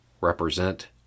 represent